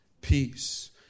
peace